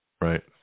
Right